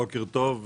בוקר טוב,